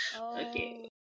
Okay